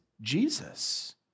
Jesus